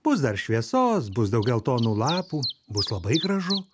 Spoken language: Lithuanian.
bus dar šviesos bus daug geltonų lapų bus labai gražu